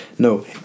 No